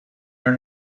our